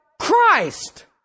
Christ